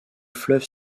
fleuve